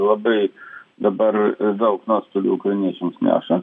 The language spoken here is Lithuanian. labai dabar daug nuostolių ukrainiečiams neša